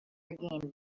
again